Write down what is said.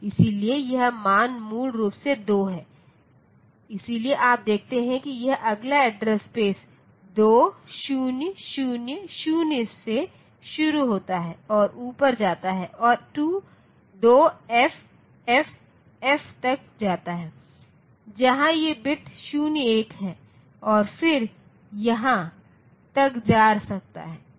इसलिए यह मान मूल रूप से 2 है इसलिए आप देखते हैं कि यह अगला एड्रेस स्पेस 2000 से शुरू होता है और ऊपर जाता है और 2FFF तक जाता है जहां ये बिट्स 01 हैं और फिर यहाँ तक जा सकता है